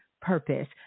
Purpose